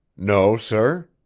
no, sir,